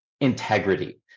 integrity